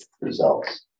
results